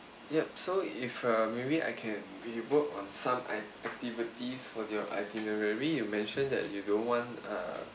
yup so if uh maybe I can we work on some ac~ activities for your itinerary you mentioned that you don't want uh